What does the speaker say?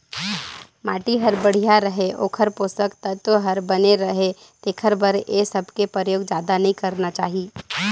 माटी हर बड़िया रहें, ओखर पोसक तत्व हर बने रहे तेखर बर ए सबके परयोग जादा नई करना चाही